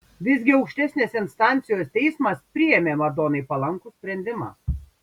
visgi aukštesnės instancijos teismas priėmė madonai palankų sprendimą